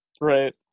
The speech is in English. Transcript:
Right